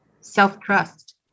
self-trust